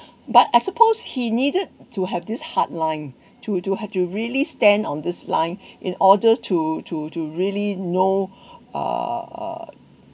but I suppose he needed to have this hardline to to have to really stand on this line in order to to to really know uh uh